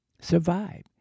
Survive